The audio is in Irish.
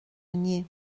inniu